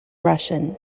russian